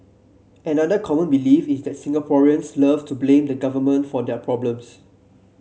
another common belief is that Singaporeans love to blame the Government for their problems